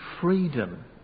freedom